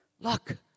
look